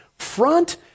Front